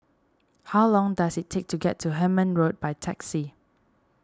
how long does it take to get to Hemmant Road by taxi